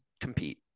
compete